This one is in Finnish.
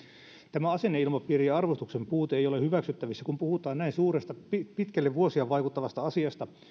tämä asenneilmapiiri ja arvostuksen puute ei ole hyväksyttävissä kun puhutaan näin suuresta pitkälle vuosia vaikuttavasta asiasta